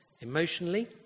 Emotionally